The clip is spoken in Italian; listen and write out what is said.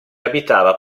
abitava